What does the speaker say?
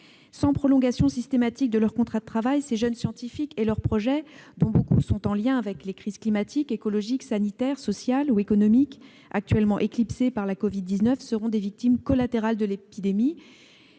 Sans prolongation systématique de leur contrat de travail, ces jeunes scientifiques et leurs projets, dont beaucoup sont en lien avec les crises climatiques, écologiques, sanitaires, sociales ou économiques actuellement éclipsées par la covid-19, seront des victimes collatérales de l'épidémie